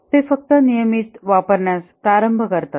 ते फक्त नियमितपणे वापरण्यास प्रारंभ करतात